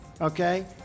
okay